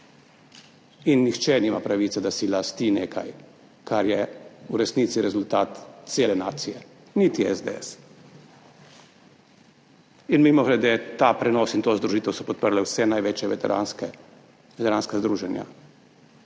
in nihče nima pravice, da si lasti nekaj, kar je v resnici rezultat cele nacije, niti SDS. In mimogrede, ta prenos in to združitev so podprle vsa največja veteranska združenja,